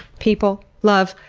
people! love!